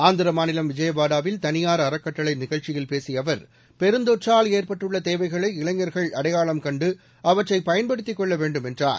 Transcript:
ஆந்திர மாநிலம் விஜயவாடாவில் தனியார் அறக்கட்டளை நிகழ்ச்சியில் பேசிய அவர் பெருந்தொற்றால் ஏற்பட்டுள்ள தேவைகளை இளைஞர்கள் அடையாளம் கண்டு அவற்றைப் பயன்படுத்திக் கொள்ள வேண்டும் என்றார்